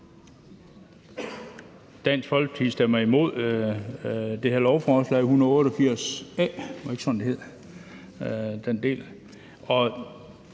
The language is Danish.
Dansk Folkeparti stemmer imod det her lovforslag, L 188